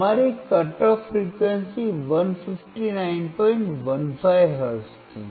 हमारी cut off frequency 15915 hertz थी